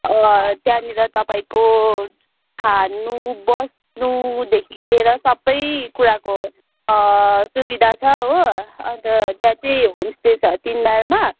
त्यहाँनेर तपाईँको खानु बस्नुदेखि लिएर सबै कुराको सुविधा छ हो अन्त त्यहाँ चाहिँ होम स्टे छ हो तिन माइलमा